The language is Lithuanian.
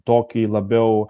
tokį labiau